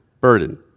burden